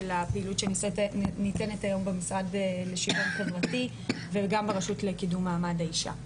הפעילות שניתנת היום במשרד לשוויון חברתי וגם ברשות לקידום מעמד האישה.